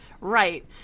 right